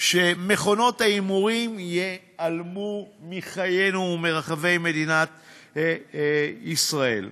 שמכונות ההימורים ייעלמו מחיינו ומרחבי מדינת ישראל.